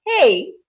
Hey